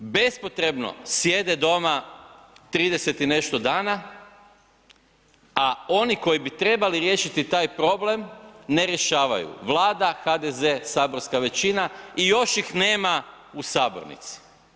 Bespotrebno sjede doma 30 i nešto dana a oni koji bi trebali riješiti taj problem ne rješavaju, Vlada, HDZ, saborska većina i još ih nema u sabornici.